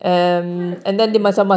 quite a few